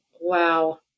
Wow